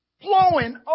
flowing